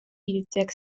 iritsiak